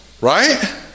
Right